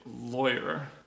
lawyer